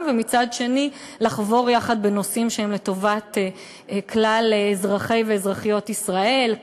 ומצד שני לחבור יחד בנושאים שהם לטובת כלל אזרחי ואזרחיות ישראל,